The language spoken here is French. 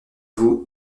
vous